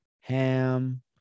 ham